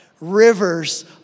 Rivers